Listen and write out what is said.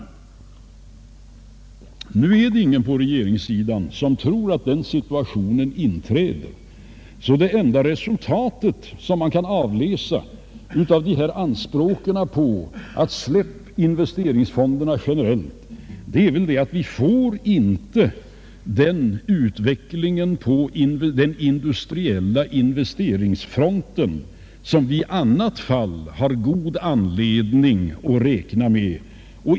Nu är det emellertid ingen på regeringssidan som tror att den situationen inträffar. Det enda resultat man kan avläsa av dessa anspråk på att investeringsfonderna skall släppas generellt är väl därför att man inte får den utveckling på den industriella investeringsfronten som vi i annat fall har god anledning att räkna med.